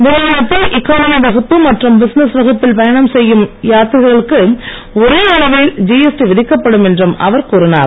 விமானத்தில் எக்கானமி வகுப்பு மற்றும் பிசினஸ் வகுப்பில் பயணம் செய்யும் யாத்திரிகர்களுக்கு ஓரே அளவில் ஜிஎஸ்டி விதிக்கப்படும் என்றும் அவர் கூறினார்